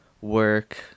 work